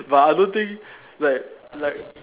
but I don't think like like